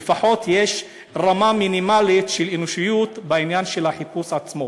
לפחות יש רמה מינימלית של אנושיות בעניין של החיפוש עצמו.